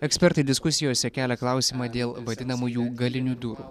ekspertai diskusijose kelia klausimą dėl vadinamųjų galinių durų